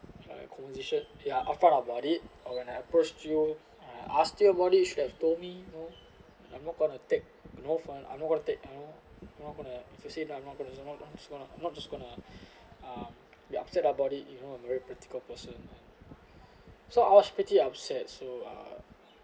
like conversation ya I found about it or when I approached you I asked you about it you should have told me you know I'm not gonna take no for I'm not gonna take you know I'm not gonna if you say that I'm not gonna not just not not just gonna um be upset about it you know I'm very practical person and so I was pretty upset so uh